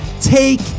take